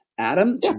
Adam